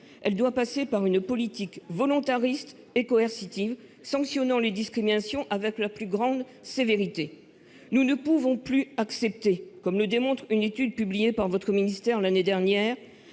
Elle doit passer par une politique volontariste et coercitive, sanctionnant les discriminations avec la plus grande sévérité. Nous ne pouvons plus accepter que, comme le démontre une étude publiée par le ministère du travail l'année dernière,